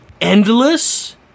endless